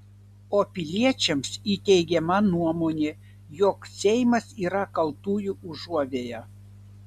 o piliečiams įteigiama nuomonė jog seimas yra kaltųjų užuovėja